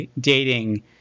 dating